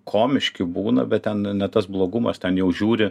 komiški būna bet ten ne tas blogumas ten jau žiūri